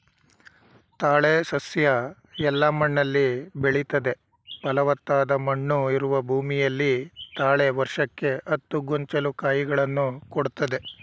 ತಾಳೆ ಸಸ್ಯ ಎಲ್ಲ ಮಣ್ಣಲ್ಲಿ ಬೆಳಿತದೆ ಫಲವತ್ತಾದ ಮಣ್ಣು ಇರುವ ಭೂಮಿಯಲ್ಲಿ ತಾಳೆ ವರ್ಷಕ್ಕೆ ಹತ್ತು ಗೊಂಚಲು ಕಾಯಿಗಳನ್ನು ಕೊಡ್ತದೆ